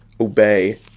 obey